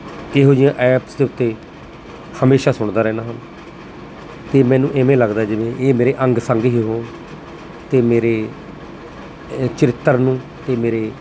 ਇਹੋ ਜਿਹੀਆਂ ਐਪਸ ਦੇ ਉੱਤੇ ਹਮੇਸ਼ਾ ਸੁਣਦਾ ਰਹਿੰਦਾ ਹਾਂ ਅਤੇ ਮੈਨੂੰ ਇਵੇਂ ਲੱਗਦਾ ਜਿਵੇਂ ਇਹ ਮੇਰੇ ਅੰਗ ਸੰਗ ਹੀ ਹੋਣ ਅਤੇ ਮੇਰੇ ਚਰਿੱਤਰ ਨੂੰ ਅਤੇ ਮੇਰੇ